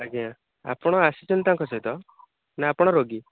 ଆଜ୍ଞା ଆପଣ ଆସିଛନ୍ତି ତାଙ୍କ ସହିତ ନା ଆପଣ ରୋଗୀ